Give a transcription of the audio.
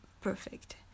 perfect